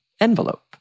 envelope